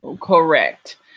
Correct